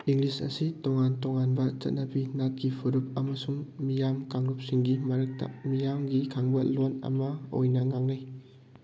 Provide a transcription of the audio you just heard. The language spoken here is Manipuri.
ꯏꯪꯂꯤꯁ ꯑꯁꯤ ꯇꯣꯡꯉꯥꯟ ꯇꯣꯡꯉꯥꯟꯕ ꯆꯠꯅꯕꯤ ꯅꯥꯠꯀꯤ ꯐꯨꯔꯨꯞ ꯑꯃꯁꯨꯡ ꯃꯤꯌꯥꯝ ꯀꯥꯡꯂꯨꯞꯁꯤꯡꯒꯤ ꯃꯔꯛꯇ ꯃꯤꯌꯥꯝꯒꯤ ꯈꯪꯕ ꯂꯣꯟ ꯑꯃ ꯑꯣꯏꯅ ꯉꯥꯡꯅꯩ